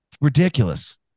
ridiculous